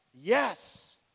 Yes